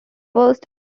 first